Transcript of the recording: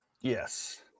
Yes